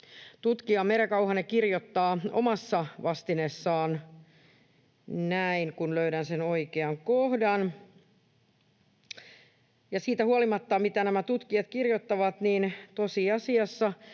tutkija Merja Kauhanen kirjoittaa omassa vastineessaan näin — kun löydän sen oikean kohdan — ja siitä huolimatta, mitä nämä tutkijat kirjoittavat, täällä tosiasiassa